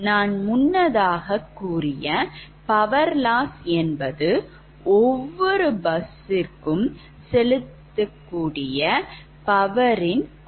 நான் முன்னதாக கூறிய power loss என்பது ஒவ்வொரு பஸ் க்கு செலுத்திய power ரின் கூட்டாகும்